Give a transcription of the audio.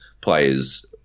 players –